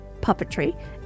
puppetry